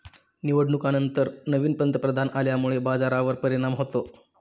निवडणुकांनंतर नवीन पंतप्रधान आल्यामुळे बाजारावर परिणाम होतो